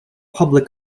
public